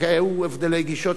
רק היו הבדלי גישות,